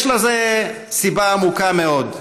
יש לזה סיבה עמוקה מאוד: